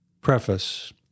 Preface